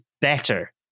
better